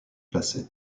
placés